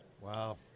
Wow